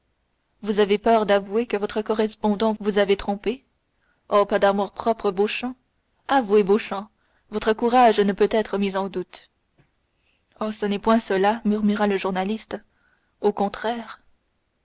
vous avez peur d'avouer que votre correspondant vous avait trompé oh pas d'amour-propre beauchamp avouez beauchamp votre courage ne peut être mis en doute oh ce n'est point cela murmura le journaliste au contraire